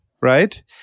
right